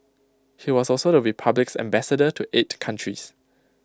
he was also the republic's Ambassador to eight countries